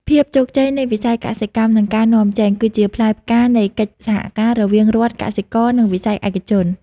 ភាពជោគជ័យនៃវិស័យកសិកម្ម និងការនាំចេញ គឺជាផ្លែផ្កានៃកិច្ចសហការរវាងរដ្ឋ កសិករ និងវិស័យឯកជន។